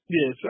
Yes